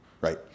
Right